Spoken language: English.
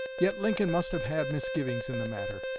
yet lincoln must have had misgivings in the matter,